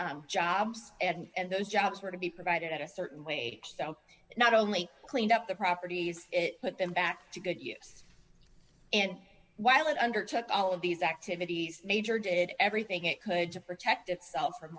jobs and those jobs were to be provided at a certain way not only cleaned up the properties put them back to good use and while it undertook all of these activities major did everything it could to protect itself from